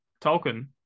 Tolkien